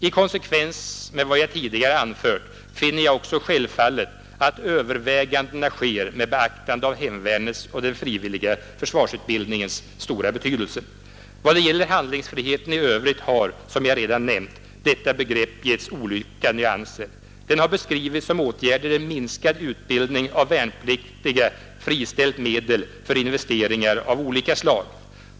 I konsekvens med vad jag tidigare anfört finner jag det självfallet att övervägandena sker med beaktande av hemvärnets och den frivilliga försvarsutbildningens stora betydelse. Vad beträffar handlingsfriheten i övrigt har, som jag redan nämnt, detta begrepp getts olika nyanser. Den har beskrivits som åtgärder som inneburit att minskad utbildning av värnpliktiga friställt medel för investeringar av olika slag.